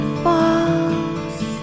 falls